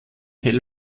hell